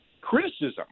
criticism